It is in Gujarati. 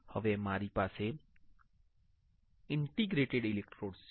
હવે મારી પાસે ઇન્ટર્ડિજિટેટેડ ઇલેક્ટ્રોડ્સ છે